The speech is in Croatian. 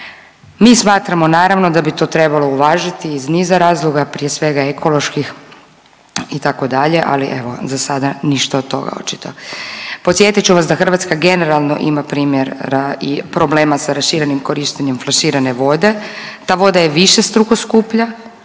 Mi smatramo naravno da bi to trebalo uvažiti iz niza razloga prije svega ekoloških itd., ali evo za sada ništa od toga očito. Podsjetit ću vas da Hrvatska generalno ima primjera i problema sa raširenim korištenjem flaširane vode, ta voda je višestruko skuplja